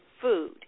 food